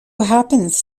happens